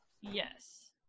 Yes